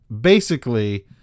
Basically-